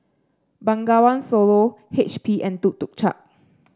Bengawan Solo H P and Tuk Tuk Cha